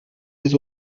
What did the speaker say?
les